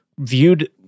viewed